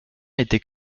était